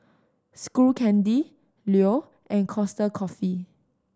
Skull Candy Leo and Costa Coffee